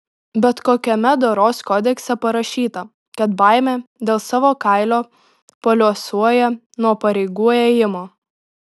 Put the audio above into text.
bet kokiame doros kodekse parašyta kad baimė dėl savo kailio paliuosuoja nuo pareigų ėjimo